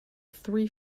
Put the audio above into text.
three